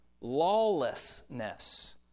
lawlessness